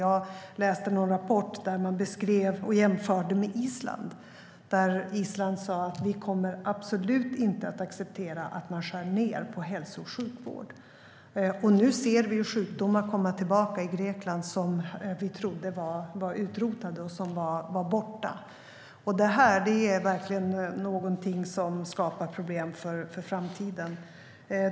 Jag läste någon rapport där man jämförde med Island. Island sa där: Vi kommer absolut inte att acceptera att man skär ned på hälso och sjukvård. Nu ser vi sjukdomar komma tillbaka i Grekland som vi trodde var utrotade och borta. Detta är verkligen någonting som skapar problem för framtiden.